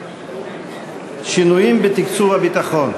שינויים בתקצוב הביטחון,